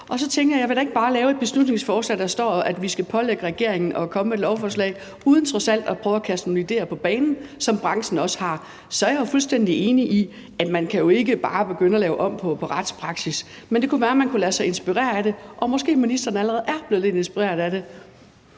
og så tænkte jeg, at jeg da ikke bare ville lave et beslutningsforslag, hvor der står, at vi skal pålægge regeringen at komme med et lovforslag, uden trods alt at prøve at kaste nogle idéer på banen, som branchen også har. Så er jeg fuldstændig enig i, at man jo ikke bare kan begynde at lave om på retspraksis, men det kunne være, at man kunne lade sig inspirere af det, og måske ministeren allerede er blevet lidt inspireret af det.